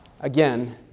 Again